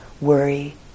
worry